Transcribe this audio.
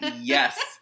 Yes